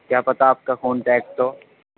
کیا پتہ آپ کا خون ہو